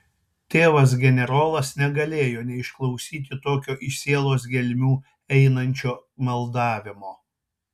tėvas generolas negalėjo neišklausyti tokio iš sielos gelmių einančio maldavimo